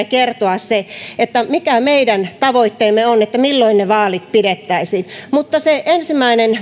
kertoa mikä meidän tavoitteemme on sen suhteen milloin ne vaalit pidettäisiin mutta se ensimmäinen